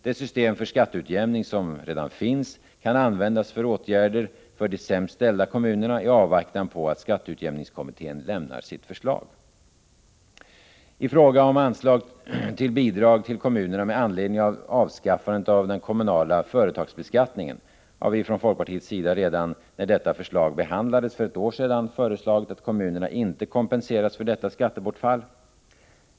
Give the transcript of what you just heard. Det system för skatteutjämning som redan finns kan användas för åtgärder för de sämst ställda kommunerna i avvaktan på att skatteutjämningskommittén lämnar sitt förslag. I fråga om anslag till bidrag till kommunerna med anledning av avskaffandet av den kommunala företagsbeskattningen har vi från folkpartiets sida, redan när detta förslag behandlades för ett år sedan, föreslagit att kommunerna inte skall kompenseras för detta skattebortfall.